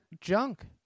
junk